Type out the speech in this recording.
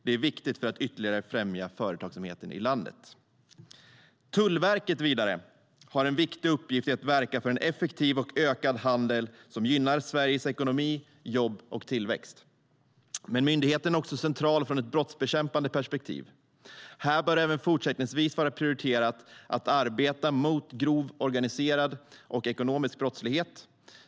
Det är viktigt för att ytterligare främja företagsamheten i landet. Här bör det även fortsättningsvis vara prioriterat att arbeta mot grov organiserad och ekonomisk brottslighet.